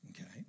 okay